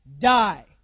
die